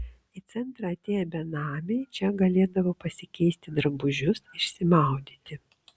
į centrą atėję benamiai čia galėdavo pasikeisti drabužius išsimaudyti